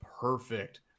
perfect